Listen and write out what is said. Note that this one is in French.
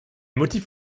motifs